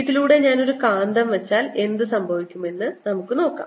ഇതിലൂടെ ഞാൻ ഒരു കാന്തം വെച്ചാൽ എന്ത് സംഭവിക്കുമെന്ന് നമുക്ക് നോക്കാം